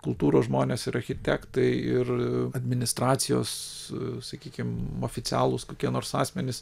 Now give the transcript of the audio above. kultūros žmonės ir architektai ir administracijos sakykim oficialūs kokie nors asmenys